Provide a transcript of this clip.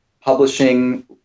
publishing